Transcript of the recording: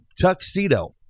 tuxedo